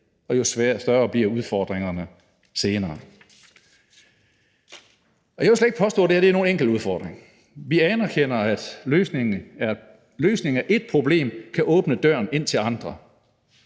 og jo større bliver udfordringerne senere. Jeg vil slet ikke påstå, at det her er nogen enkel udfordring. Vi anerkender, at løsningen af et problem kan åbne døren ind til andre.